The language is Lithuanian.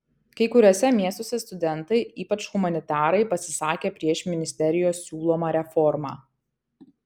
kai kuriuose miestuose studentai ypač humanitarai pasisakė prieš ministerijos siūlomą reformą